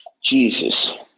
jesus